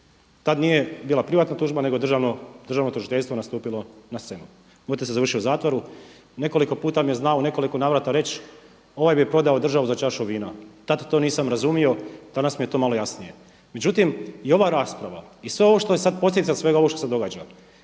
Tada nije bila privatna tužba nego je Državno tužiteljstvo nastupilo na scenu. Moj otac je završio u zatvoru, nekoliko mi je puta znao u nekoliko navrata reći ovaj bi prodao državu za čašu vina. Tada to nisam razumio, danas mi je to malo jasnije. Međutim, i ova rasprava i sve ovo što je sad posljedica svega ovoga što se događa